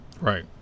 Right